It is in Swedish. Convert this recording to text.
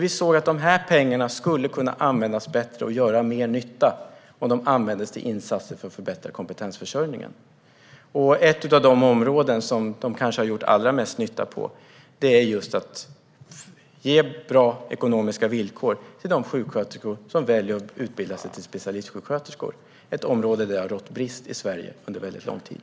Vi såg att de pengarna skulle kunna användas bättre och att de skulle göra mer nytta om de användes till insatser för att förbättra kompetensförsörjningen. Ett av de områden där de kanske har gjort allra mest nytta handlar om att ge bra ekonomiska villkor för de sjuksköterskor som väljer att utbilda sig till specialistsjuksköterskor. Det är ett område där det har rått brist i Sverige under väldigt lång tid.